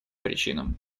причинам